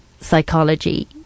psychology